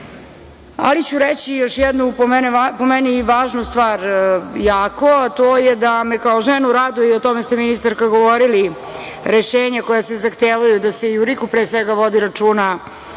ali ću reći još jednu po meni jako važnu stvar, a to je da me kao ženu raduje, o tome ste, ministarka, govorili, rešenja kojima se zahtevaju da se i u RIK-u pre svega vodi računa